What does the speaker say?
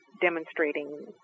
demonstrating